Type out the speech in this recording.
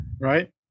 Right